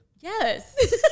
Yes